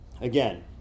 again